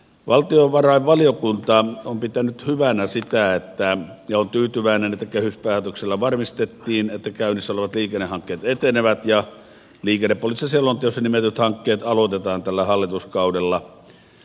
valtiovarainvaliokunta on pitänyt hyvänä sitä ja on tyytyväinen että se kehyspäätöksellä varmistettiin että käynnissä olevat liikennehankkeet etenevät ja liikennepoliittisessa selonteossa nimetyt hankkeet aloitetaan tällä hallituskaudella